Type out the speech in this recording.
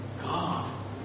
God